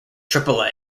triple